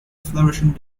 flourishing